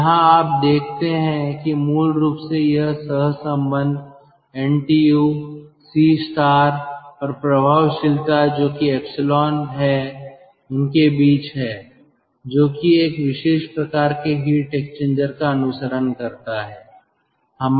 तो यहाँ आप देखते हैं कि मूल रूप से यह सहसंबंध NTU C और प्रभावशीलता जो कि एप्सिलॉन हैं उनके बीच है जो कि एक विशेष प्रकार के हीट एक्सचेंजर का अनुसरण करता है